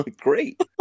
Great